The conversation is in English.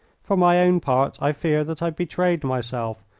for my own part i fear that i betrayed myself,